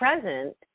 present